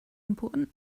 important